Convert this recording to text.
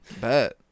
bet